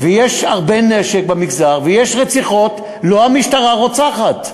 ויש הרבה נשק במגזר, ויש רציחות, לא המשטרה רוצחת,